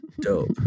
Dope